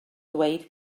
dweud